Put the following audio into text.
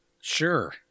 Sure